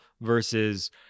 versus